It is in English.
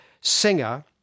singer